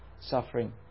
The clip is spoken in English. suffering